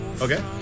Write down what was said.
Okay